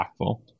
impactful